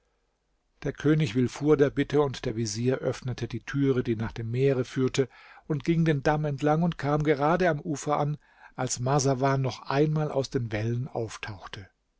der könig willfuhr der bitte und der vezier öffnete die türe die nach dem meere führte und ging den damm entlang und kam gerade am ufer an als marsawan noch einmal aus den wellen auftauchte